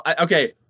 Okay